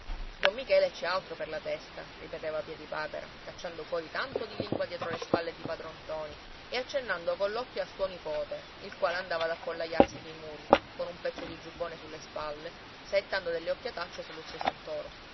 don michele ci ha altro per la testa ripeteva piedipapera cacciando fuori tanto di lingua dietro le spalle di padron ntoni e accennando coll'occhio a suo nipote il quale andava ad appollaiarsi sui muri con un pezzo di giubbone sulle spalle saettando delle occhiatacce sullo zio santoro